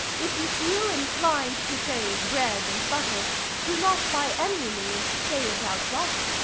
if you feel inclined to say bread and butter do not by any means say it outright.